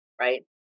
Right